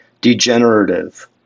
degenerative